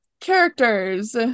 Characters